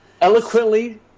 Eloquently